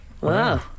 Wow